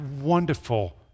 wonderful